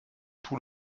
tout